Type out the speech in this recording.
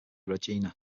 regina